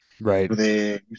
Right